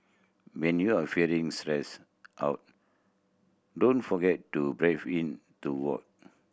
when you are feeling stressed out don't forget to breathe into void